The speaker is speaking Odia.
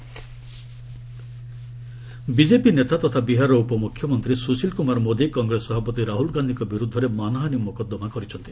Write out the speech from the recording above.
ସ୍ଥଶୀଲ ମୋଦି ରାହୁଲ ବିଜେପି ନେତା ତଥା ବିହାରର ଉପ ମୁଖ୍ୟମନ୍ତ୍ରୀ ସୁଶୀଲ କୁମାର ମୋଦି କଂଗ୍ରେସ ସଭାପତି ରାହ୍ରଲ ଗାନ୍ଧୀଙ୍କ ବିର୍ଦ୍ଧରେ ମାନହାନି ମକଦ୍ଦମା କରିଛନ୍ତି